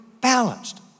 balanced